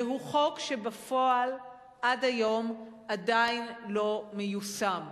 והוא חוק שבפועל, עד היום, עדיין לא מיושם.